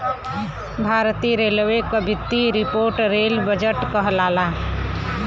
भारतीय रेलवे क वित्तीय रिपोर्ट रेल बजट कहलाला